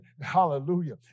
Hallelujah